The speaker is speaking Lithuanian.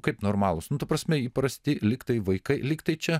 kaip normalūs nu ta prasme įprasti lygtai vaikai lygtai čia